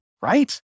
right